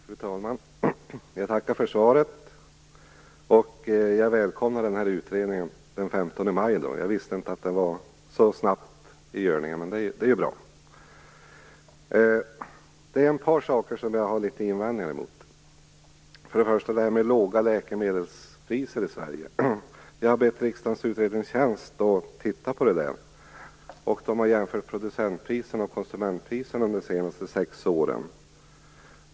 Fru talman! Jag tackar för svaret. Jag välkomnar utredningen som skall komma den 15 maj. Jag visste inte att det skulle ske så snabbt. Det är bra. Det är ett par saker som jag har litet invändningar emot. Det gäller bl.a. detta med låga läkemedelspriser i Sverige. Jag har bett riksdagens utredningstjänst att titta på det. De har jämfört producentpriserna och konsumentpriserna under de senaste sex åren.